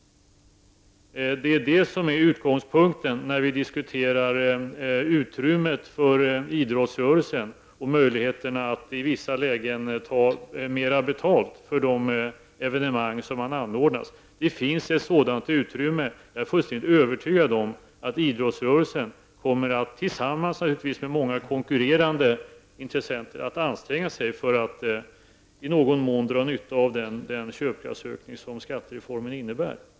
Detta är utgångspunkten när vi diskuterar möjligheterna för idrottsrörelsen och andra att ta mer betalt för sina evenemang. Jag är fullständigt övertygad om att idrottsrörelsen och andra organisationer kommer att anstränga sig för att dra nytta av den köpkraftsökning som skattereformen medför.